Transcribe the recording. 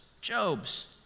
Job's